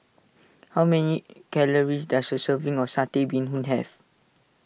how many calories does a serving of Satay Bee Hoon have